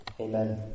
Amen